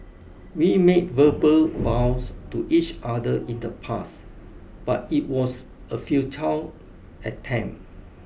we made verbal vows to each other in the past but it was a futile attempt